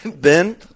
ben